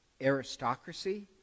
aristocracy